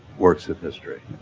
works of history.